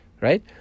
right